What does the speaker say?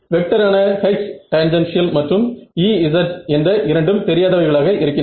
வெக்டரான H tangential மற்றும் Ez என்ற இரண்டும் தெரியாதவைகளாக இருக்கின்றன